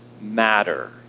matter